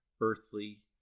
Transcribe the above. earthly